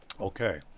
Okay